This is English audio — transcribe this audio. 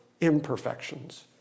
imperfections